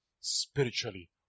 spiritually